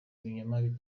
ibinyoma